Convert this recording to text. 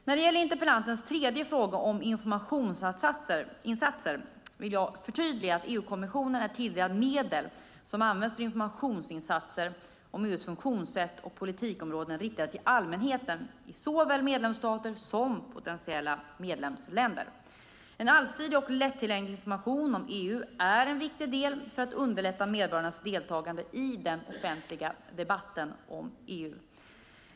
När det gäller interpellantens tredje fråga om informationsinsatser vill jag förtydliga att EU-kommissionen är tilldelad medel som används för informationsinsatser om EU:s funktionssätt och politikområden riktade till allmänheten i såväl medlemsstater som potentiella medlemsländer. En allsidig och lättillgänglig information om EU är en viktig del för att underlätta medborgarnas deltagande i den offentliga debatten om EU.